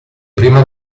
prima